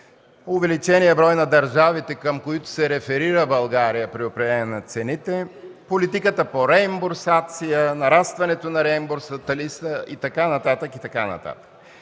увеличения брой на държавите, към които се реферира България при определяне на цените, политиката по реимбурсация, нарастването на реимбурсната листа и така нататък.